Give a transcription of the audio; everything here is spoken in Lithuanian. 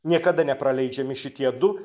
niekada nepraleidžiami šitie du